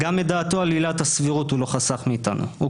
גם את דעתו על עילת הסבירות הוא לא חסך מאיתנו והוא